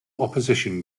opposition